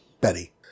Betty